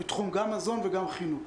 גם מזון וגם חינוך.